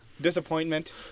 Disappointment